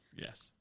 Yes